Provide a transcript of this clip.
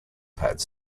pads